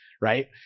right